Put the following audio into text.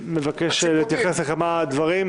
מבקש להתייחס לכמה דברים.